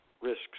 risks